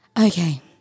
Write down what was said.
Okay